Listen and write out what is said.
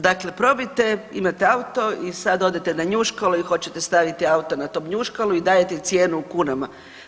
Dakle, probajte imate auto i sad odete na Njuškalo i hoćete staviti auto na tom Njuškalu i dajete cijenu u kunama.